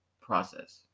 process